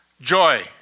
Joy